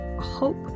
hope